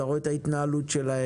אתה רואה את ההתנהלות שלהם,